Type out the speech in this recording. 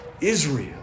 Israel